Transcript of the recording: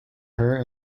her